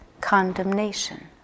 condemnation